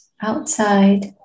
outside